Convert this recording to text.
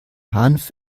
hanf